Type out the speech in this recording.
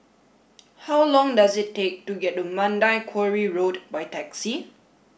how long does it take to get to Mandai Quarry Road by taxi